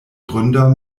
gründer